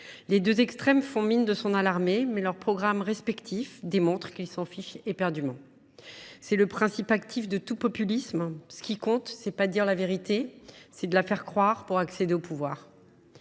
Les deux extrêmes font mine de s’en alarmer, mais leurs programmes respectifs démontrent qu’ils s’en fichent éperdument. Tel est le principe actif de tout populisme : ce qui compte, ce n’est pas de dire la vérité ; c’est de le faire croire, afin d’accéder au pouvoir.